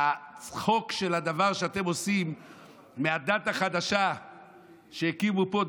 הצחוק של הדבר שאתם עושים מהדת החדשה שהקימו פה,